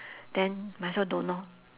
then might as well don't lor